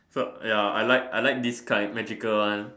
so ya I like I like this kind magical one